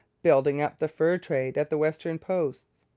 building up the fur trade at the western posts.